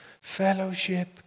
fellowship